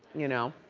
you know.